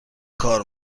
کار